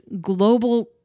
global